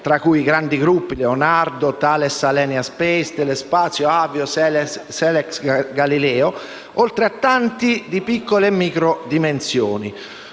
tra cui i grandi gruppi Leonardo, Thales Alenia Space, Telespazio, Avio, Selex Galileo, oltre a tanti di piccole e "micro" dimensioni.